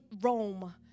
Rome